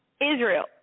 Israel